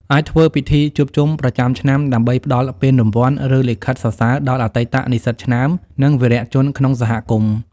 អាចធ្វើពិធីជួបជុំប្រចាំឆ្នាំដើម្បីផ្តល់ពានរង្វាន់ ឬលិខិតសរសើរដល់អតីតនិស្សិតឆ្នើម និងវីរៈជនក្នុងសហគមន៍។